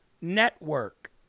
network